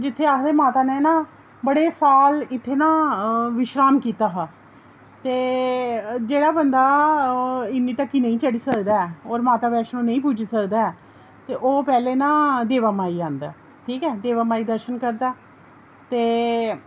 जित्थें आखदे ना माता नै बड़े साल इत्थें ना विश्राम कीता हा ते जेह्ड़ा बंदा इन्नी ढक्की नेईं चढ़ी सकदा ऐ होर माता वैष्णो नेईं पुज्जी सकदा ऐ ते ओह् पैह्लें ना देवा माई आंदा ऐ ठीक ऐ देवा माई दर्शन करदा ऐ ते